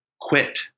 quit